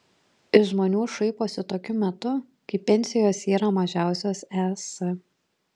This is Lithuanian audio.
iš žmonių šaiposi tokiu metu kai pensijos yra mažiausios es